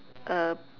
a